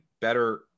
better –